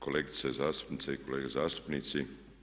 kolegice zastupnice i kolege zastupnici.